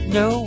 no